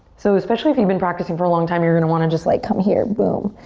so especially if you've been practicing for a long time, you're going to want to just like come here, boom.